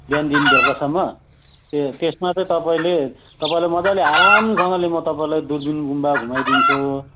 बिहानदेखि बेलुकासम्म त्यसमा चाहिँ तपाईँले तपाईँलाई मजाले आरामसँगले म तपाईँ दुर्पिन गुम्बा घुमाइदिन्छु